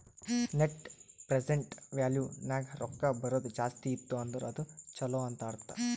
net present value ನಾಗ್ ರೊಕ್ಕಾ ಬರದು ಜಾಸ್ತಿ ಇತ್ತು ಅಂದುರ್ ಅದು ಛಲೋ ಅಂತ್ ಅರ್ಥ